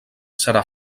serà